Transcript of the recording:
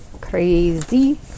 Crazy